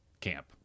Camp